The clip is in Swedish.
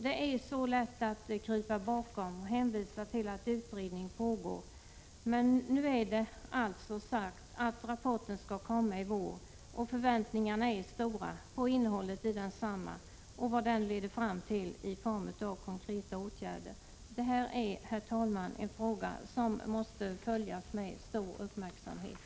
Det är så lätt att krypa bakom en hänvisning till att utredning pågår, men nu är det alltså sagt att rapporten skall komma i vår, och förväntningarna är stora på innehållet i den och på vad den skall leda fram till i form av konkreta åtgärder. Herr talman! Detta är en fråga som måste följas med stor uppmärksamhet.